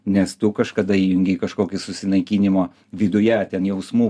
nes tu kažkada įjungei kažkokį susinaikinimo viduje ten jausmų